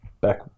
back